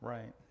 Right